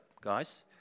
guys